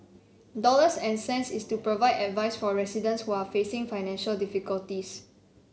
dollars and cents is to provide advice for residents who are facing financial difficulties